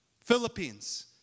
Philippines